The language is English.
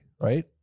right